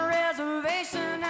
reservation